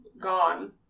gone